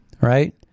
right